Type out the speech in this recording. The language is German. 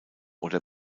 oder